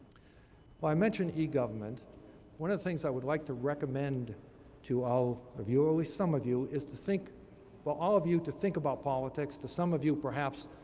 well, i mentioned egovernment one of the things i would like to recommend to all of you, at least some of you is to think well, all of you to think about politics. to some of you, perhaps,